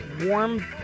warm